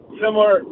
similar